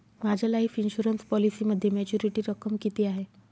माझ्या life insurance पॉलिसीमध्ये maturity रक्कम किती आहे?